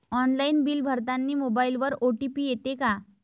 Online bill भरतानी मोबाईलवर OTP येते का?